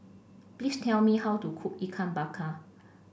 please tell me how to cook Ikan Bakar